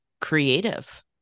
creative